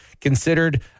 considered